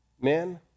men